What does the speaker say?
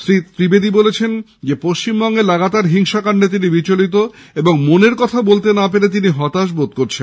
শ্রী ত্রিবেদী বলেছেন পশ্চিমবঙ্গে লাগাতার হিংসাকান্ডে তিনি বিচলিত এবং মনের কথা বলতে না পেরে তিনি হতাশ বোধ করছেন